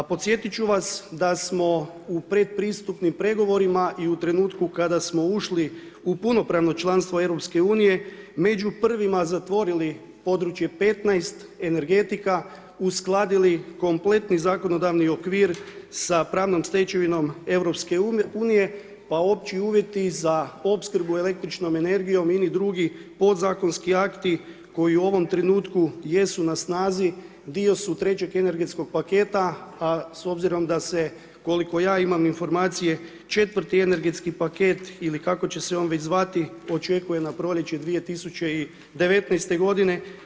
A podsjetit ću vas da smo u pretpristupnim pregovorima i u trenutku kada smo ušli u punopravno članstvo EU, među prvima zatvorili područje 15 energetika, uskladili kompletni zakonodavni okvir sa pravnom stečevinom EU, pa Opći uvjeti za opskrbu električnom energijom ili drugi podzakonski akti koji u ovom trenutku jesu na snazi, dio su trećeg energetskog paketa s obzirom da se, koliko ja imam informacije, četvrti energetski paket, ili kako će se on već zvati, očekuje na proljeće 2019. godine.